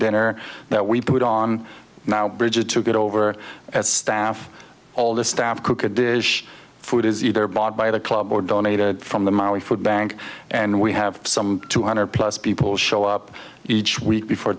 dinner that we put on now bridget took it over staff all the staff cook a dish food is either bought by the club or donated from the maui food bank and we have some two hundred plus people show up each week before